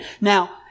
Now